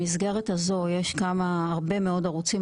במסגרת הזו יש הרבה מאוד ערוצים,